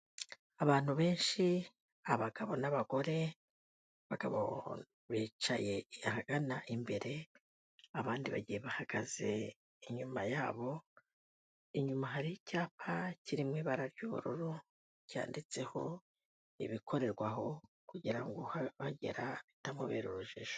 Abantu benshi abagabo n'abagore, abagabo bicaye ahagana imbere, abandi bagiye bahagaze inyuma yabo, inyuma hari icyapa kirimo ibara ry'ubururu, cyanditseho ibikorerwaho, kugira abahagera bitababera urujijo.